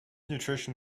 nutrition